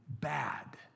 bad